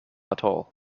atoll